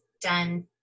done